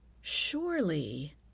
Surely